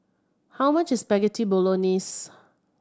how much is Spaghetti Bolognese